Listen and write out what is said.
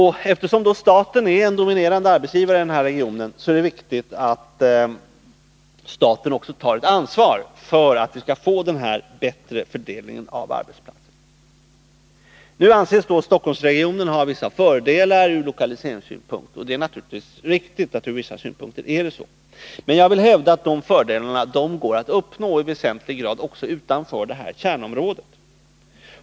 Eftersom staten är en dominerande arbetsgivare i den här regionen, är det viktigt att staten också tar ett ansvar för att vi får en bättre spridning av arbetsplatserna. Stockholmsregionen anses ha vissa fördelar ur lokaliseringssynpunkt. Till viss del är detta naturligtvis riktigt. Men jag vill hävda att dessa fördelar i väsentlig grad går att uppnå också utanför det här kärnområdet.